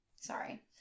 Sorry